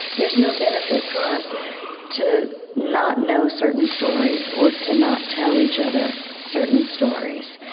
there's no benefit for us to not know certain stories or to not tell each other certain stories.